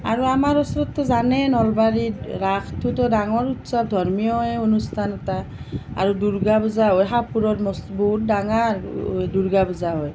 আৰু আমাৰ ওচৰততো জানেই নলবাৰীত ৰাসটো এটা ডাঙৰ উৎসৱ ধৰ্মীয়ই অনুষ্ঠান এটা আৰু দুৰ্গা পূজা হয় হাফুৰত বহুত ডাঙৰ দুৰ্গা পূজা হয়